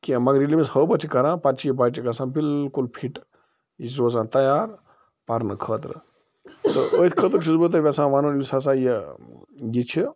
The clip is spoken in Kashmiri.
کیٚنٛہہ مگر ییٚلہِ أمِس ہٲبَتھ چھِ کَران پَتہٕ چھُ یہِ بَچہِ گژھان بلکل فِٹ یہِ چھُ روزان تیار پرنہٕ خٲطرٕ تہٕ أتھۍ خٲطرٕ چھُس بہٕ تۄہہِ ویٚژھان وَنُن یُس ہسا یہِ ٲں یہِ چھِ